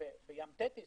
בים תטיס